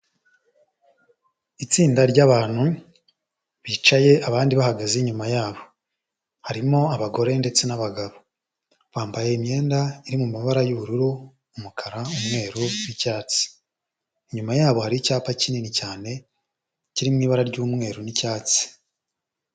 Itsinda ryabantu bicaye abandi bahagaze inyuma yabo, harimo abagore ndetse n'abagabo, bambaye imyenda iri mu mu mabara y'ubururu, umukara, umweru n'icyatsi, inyuma yabo hari icyapa kinini cyane kiri mu ibara ry'umweru n'icyatsi.